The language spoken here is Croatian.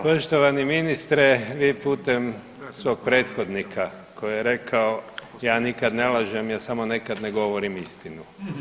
Poštovani ministre, vi putem svog prethodnika koji je rekao, ja nikad ne lažem, ja samo nekad ne govorim istinu.